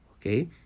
Okay